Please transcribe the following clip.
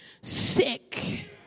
sick